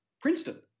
Princeton